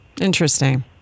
Interesting